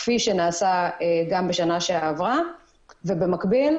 כפי שנעשה בשנה שעברה ובמקביל,